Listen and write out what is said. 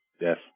yes